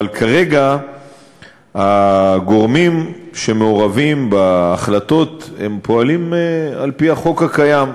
כרגע הגורמים שמעורבים בהחלטות פועלים על-פי החוק הקיים.